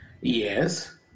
Yes